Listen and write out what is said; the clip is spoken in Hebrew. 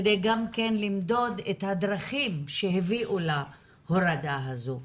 גם כדי למדוד את הדרכים שהביאו להורדה הזאת.